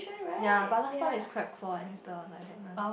ya but last time it's crab claw and is the like that one